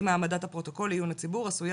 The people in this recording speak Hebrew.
אם העמדת הפרוטוקול לעיון הציבור עשויה